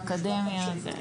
באקדמיה.